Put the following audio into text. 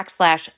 backslash